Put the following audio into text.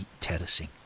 terracing